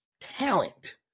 talent